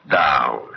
down